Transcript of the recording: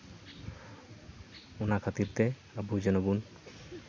ᱚᱱᱟ ᱠᱷᱟᱹᱛᱤᱨ ᱛᱮ ᱟᱵᱚ ᱡᱮᱱᱚ ᱵᱚᱱ